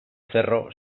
cerro